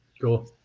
cool